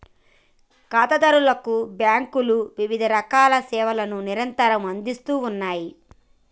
ఖాతాదారులకు బ్యాంకులు వివిధరకాల సేవలను నిరంతరం అందిస్తూ ఉన్నాయి